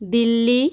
Delhi